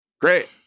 great